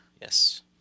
Yes